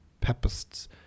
papists